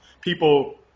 people